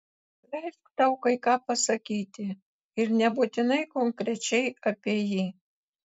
leisk tau kai ką pasakyti ir nebūtinai konkrečiai apie jį